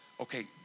okay